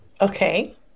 Okay